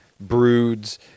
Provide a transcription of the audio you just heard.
broods